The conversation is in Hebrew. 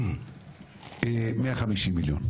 150 מיליון,